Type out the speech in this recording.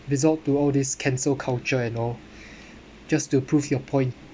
resolved to all this cancel culture and all just to prove your point